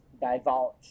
Divulge